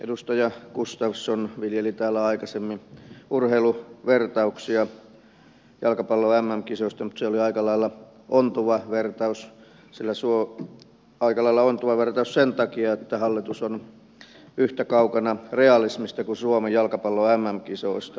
edustaja gustafsson viljeli täällä aikaisemmin urheiluvertauksia jalkapallon mm kisoista mutta se oli aika lailla ontuva vertaus sillä suo aika lailla ontuva vertaus sen takia että hallitus on yhtä kaukana realismista kuin suomi jalkapallon mm kisoista